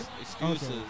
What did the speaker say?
Excuses